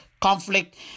conflict